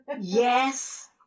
Yes